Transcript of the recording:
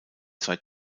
zwei